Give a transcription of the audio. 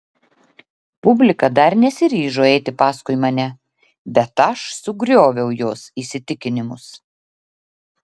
publika dar nesiryžo eiti paskui mane bet aš sugrioviau jos įsitikinimus